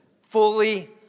Fully